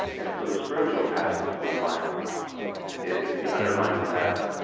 and so the spiritual path of mine is the underlying path,